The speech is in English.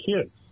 kids